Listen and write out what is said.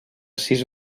sis